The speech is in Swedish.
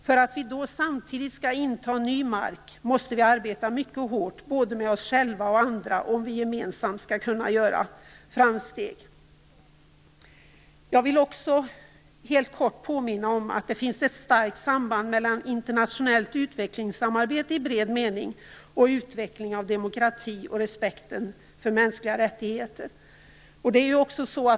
För att vi då samtidigt skall inta ny mark måste vi arbeta mycket hårt både med oss själva och med andra om vi gemensamt skall kunna göra framsteg. Jag vill också helt kort påminna om att det finns ett starkt samband mellan internationellt utvecklingssamarbete i bred mening och utveckling av demokrati och respekten för mänskliga rättigheter.